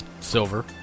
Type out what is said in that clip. Silver